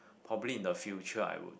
probably in the future I would